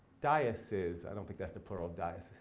diasis. i don't think that's the plural of dias.